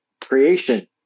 creation